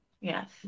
Yes